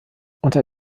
unter